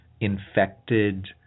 infected